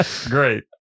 Great